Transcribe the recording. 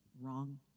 wrong